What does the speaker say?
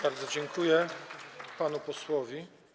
Bardzo dziękuję panu posłowi.